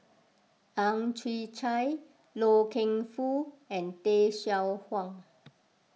Ang Chwee Chai Loy Keng Foo and Tay Seow Huah